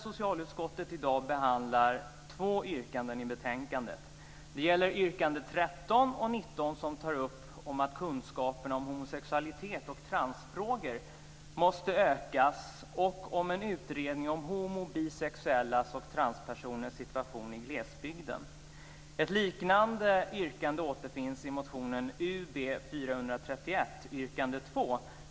Socialutskottet behandlar två av yrkandena i betänkandet. Det gäller yrkandena 13 och 19 om att kunskaperna om homosexualitet och transfrågor måste öka och om en utredning av homosexuellas, bisexuellas och transpersoners situation i glesbygden. Ett liknande yrkande återfinns i motionen Ub431, yrkande 2.